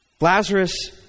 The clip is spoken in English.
Lazarus